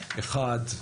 אחד,